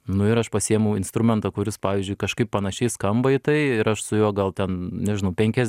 nu ir aš pasiimu instrumentą kuris pavyzdžiui kažkaip panašiai skamba į tai ir aš su juo gal ten nežinau penkias